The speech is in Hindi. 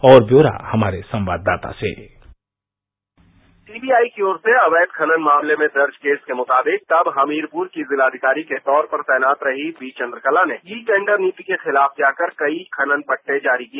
और ब्वौरा हमारे संवाददाता से सीबीआई की ओर से अवैध खनन मामले में दर्ज केस के मुताबिक तब हमीरपुर की जिलाधिकारी के तौर पर तैनात रही बी चन्द्रकला ने ई टेन्डर नीति के खिलाफ जाकर कई खनन पट्टे जारी किए